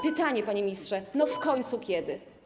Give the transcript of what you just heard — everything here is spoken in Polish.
Pytanie, panie ministrze: No w końcu kiedy?